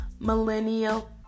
Millennial